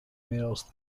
males